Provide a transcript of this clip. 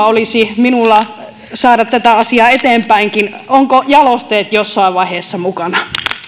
olisi vielä intoa saada tätä asiaa eteenpäinkin ovatko jalosteet jossain vaiheessa mukana